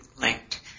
linked